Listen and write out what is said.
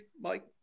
Mike